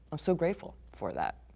i'm so grateful for that.